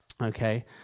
okay